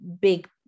big